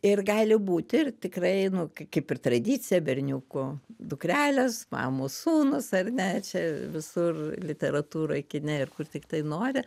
ir gali būti ir tikrai nu kaip ir tradicija berniukų dukrelės mamos sūnus ar ne čia visur literatūroj kine ir kur tiktai nori